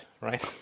right